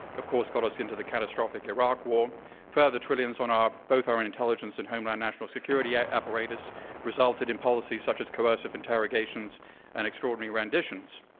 of course, got us into the catastrophic iraq war further trillions on our both our intelligence and homeland national security apparatus resulted in policies such as coercive interrogations and extraordinary renditions.